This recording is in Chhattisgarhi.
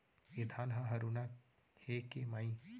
ए धान ह हरूना हे के माई?